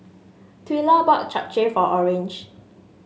Twila bought Japchae for Orange